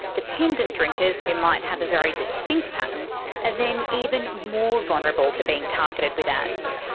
dependent drinkers who might have a very distinct pattern are then even more vulnerable to being targeted with ads.